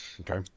Okay